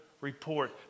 report